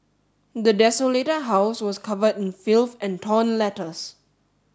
the desolated house was covered in filth and torn letters